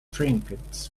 trinkets